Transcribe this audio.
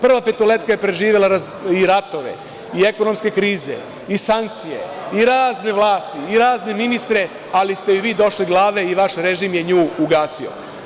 Prva petoletka je preživela i ratove i ekonomske krize i sankcije i razne vlasti i razne ministre, ali ste joj vi došli glave i vaš režim je nju ugasio.